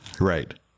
Right